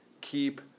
keep